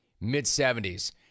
mid-70s